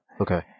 Okay